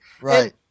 Right